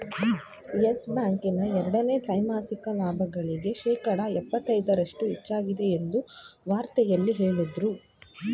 Yes Bank ನ ಎರಡನೇ ತ್ರೈಮಾಸಿಕ ಲಾಭಗಳಿಗೆ ಶೇಕಡ ಎಪ್ಪತೈದರಷ್ಟು ಹೆಚ್ಚಾಗಿದೆ ಎಂದು ವಾರ್ತೆಯಲ್ಲಿ ಹೇಳದ್ರು